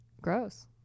Gross